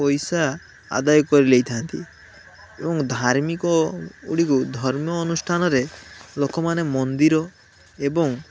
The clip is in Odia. ପଇସା ଆଦାୟ କରିନେଇଥାନ୍ତି ଏବଂ ଧାର୍ମିକଗୁଡ଼ିକୁ ଧର୍ମ ଅନୁଷ୍ଠାନରେ ଲୋକମାନେ ମନ୍ଦିର ଏବଂ